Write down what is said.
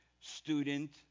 student